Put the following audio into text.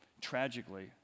tragically